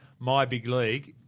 MyBigLeague